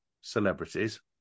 celebrities